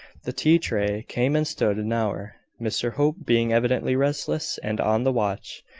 the tea-tray came and stood an hour mr hope being evidently restless and on the watch.